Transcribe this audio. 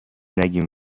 نگیم